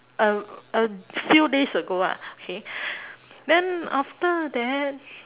a a few days ago ah okay then after that